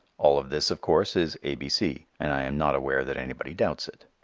all of this, of course, is a. b. c, and i am not aware that anybody doubts it.